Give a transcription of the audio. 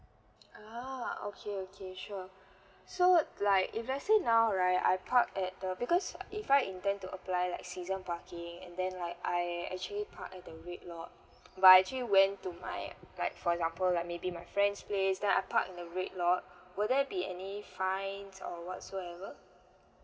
oh okay okay sure so like if let's say now right I park at the because if I intend to apply like season parking and then like I actually park at the red lot but I actually went to my like for example like maybe my friend's place then I park in the red lot will there be any fines or whatsoever